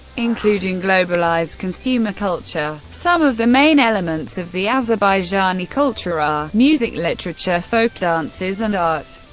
including globalized consumer culture. some of the main elements of the azerbaijani culture are music, literature, folk dances and art,